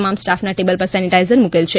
તમામ સ્ટાફનાં ટેબલ પર સેનિટાઇઝર મૂકેલ છે